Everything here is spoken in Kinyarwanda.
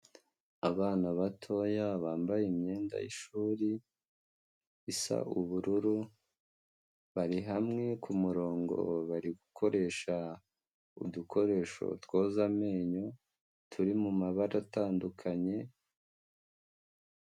Abana batoya bambaye imyenda y'ishuri, isa ubururu, bari hamwe ku murongo bari gukoresha udukoresho twoza amenyo, turi mu mabara atandukanye.